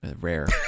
rare